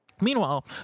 Meanwhile